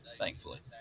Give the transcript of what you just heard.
thankfully